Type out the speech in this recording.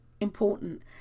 important